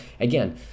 again